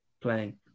playing